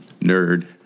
nerd